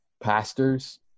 pastors